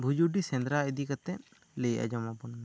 ᱵᱷᱩᱡᱩᱰᱤ ᱥᱮᱸᱫᱽᱨᱟ ᱤᱫᱤ ᱠᱟᱛᱮ ᱞᱮ ᱟᱸᱡᱚᱢᱟ ᱵᱚᱱᱢᱮ